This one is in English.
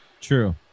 True